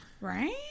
Right